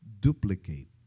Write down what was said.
duplicate